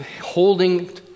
holding